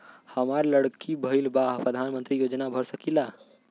हमार लड़की भईल बा प्रधानमंत्री योजना भर सकीला?